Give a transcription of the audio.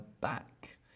back